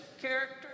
character